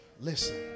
Listen